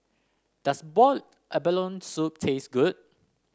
does Boiled Abalone Soup taste good